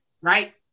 Right